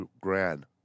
grand